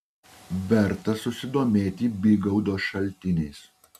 verta susidomėti bygaudo šaltiniais